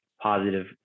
positive